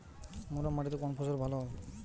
মুরাম মাটিতে কোন ফসল ভালো হয়?